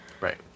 Right